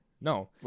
No